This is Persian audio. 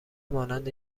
مانند